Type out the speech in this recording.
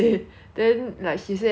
then like she said that if